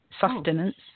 sustenance